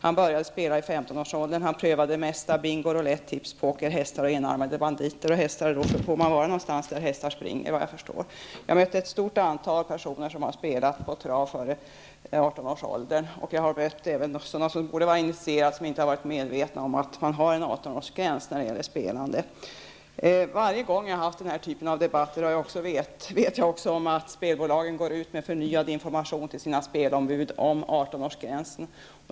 Han började att spela vid 15 års ålder och har prövat det mesta -- bingo, roulett, tips, poker, hästar och enarmade banditer. Såvitt jag förstår måste man när det gäller spel på hästar vara där hästar springer. Jag har mött ett stort antal personer som före 18 års ålder har spelat på trav, och jag har även mött personer som borde vara initierade, men som inte varit medvetna om att det finns en 18-årsgräns när det gäller spelande. Varje gång den här typen av debatter förekommit har spelbolagen, det vet jag, gått ut med förnyad information till sina spelombud just om 18 årsgränsen.